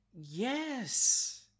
Yes